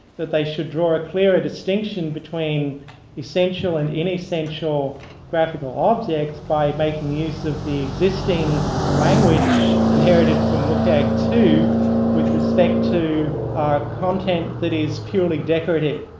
that they should draw a clearer distinction between essential and inessential graphical objects by making use of the existing language inherited from wcag two with respect to our content that is purely decorative.